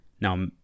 Now